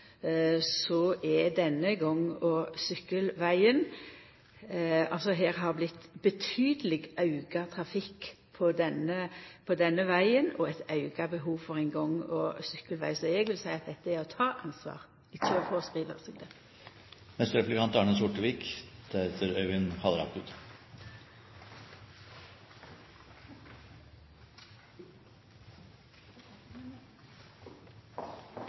har det vorte betydeleg auka trafikk på denne vegen, og eit auka behov for ein gang- og sykkelveg. Så eg vil seia at dette er å ta ansvar, ikkje å fråskriva seg det. I de to foregående bompengesakene var det litt diskusjon om å sende takksigelser til